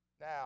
Now